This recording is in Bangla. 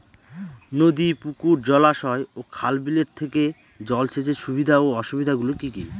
নদী পুকুর জলাশয় ও খাল বিলের থেকে জল সেচের সুবিধা ও অসুবিধা গুলি কি কি?